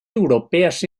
europeas